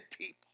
people